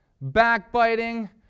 backbiting